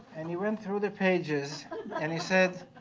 and he went through the pages and he said,